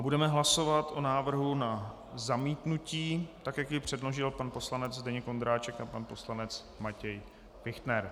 Budeme hlasovat o návrhu na zamítnutí, tak jak jej předložil pan poslanec Zdeněk Ondráček a pan poslanec Matěj Fichtner.